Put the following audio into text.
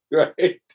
right